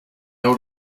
old